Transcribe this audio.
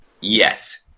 Yes